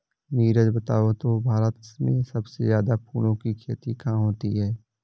नीरज बताओ तो भारत में सबसे ज्यादा फूलों की खेती कहां होती है?